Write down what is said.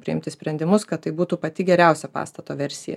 priimti sprendimus kad tai būtų pati geriausia pastato versija